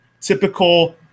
Typical